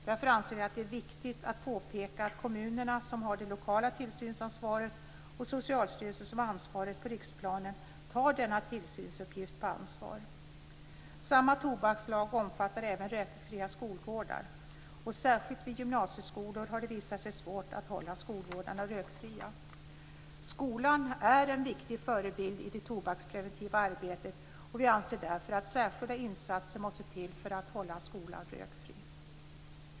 Därför anser vi att det är viktigt att påpeka att kommunerna, som har det lokala tillsynsansvaret, och Socialstyrelsen, som har ansvaret på riksplanet, måste ta denna tillsynsuppgift på allvar. Samma tobakslag omfattar även rökfria skolgårdar. Särskilt vid gymnasieskolorna har det visat sig svårt att hålla skolgårdarna rökfria. Skolan är en viktig förebild i det tobakspreventiva arbetet, och vi anser därför att särskilda insatser måste till för att hålla skolan rökfri.